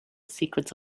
secrets